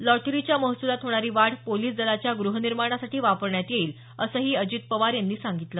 लॉटरीच्या महसुलात होणारी वाढ पोलिस दलाच्या गृहनिर्माणासाठी वापरण्यात येईल असंही अजित पवार यांनी सांगितलं